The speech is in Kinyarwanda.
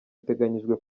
iteganyijwe